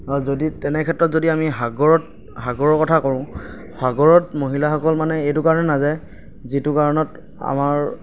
আৰু যদি তেনে ক্ষেত্ৰত যদি আমি সাগৰত সাগৰৰ কথা কওঁ সাগৰত মহিলাসকল মানে এইটো কাৰণে নাযায় যিটো কাৰণত আমাৰ